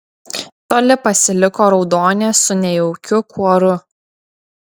toli pasiliko raudonė su nejaukiu kuoru